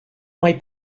mae